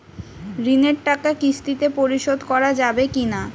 ঋণের টাকা কিস্তিতে পরিশোধ করা যাবে কি না?